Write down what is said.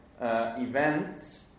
Events